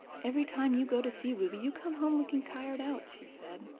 every time you go to see ruby you come home looking tired out, she said.